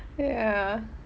ya